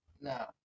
no